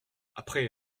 après